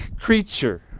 creature